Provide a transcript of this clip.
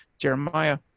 Jeremiah